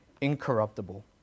incorruptible